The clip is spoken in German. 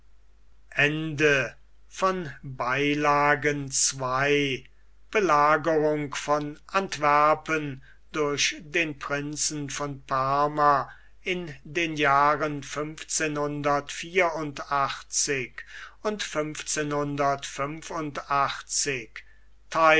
belagerung von antwerpen durch den prinzen von parma in den jahren